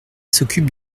s’occupe